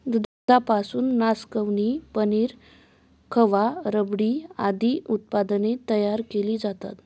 दुधापासून नासकवणी, पनीर, खवा, रबडी आदी उत्पादने तयार केली जातात